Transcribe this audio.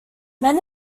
men